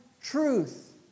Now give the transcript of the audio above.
truth